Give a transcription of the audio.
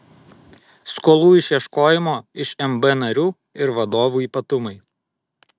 skolų išieškojimo iš mb narių ir vadovų ypatumai